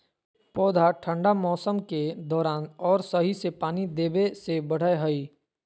पौधा ठंढा मौसम के दौरान और सही से पानी देबे से बढ़य हइ